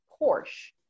Porsche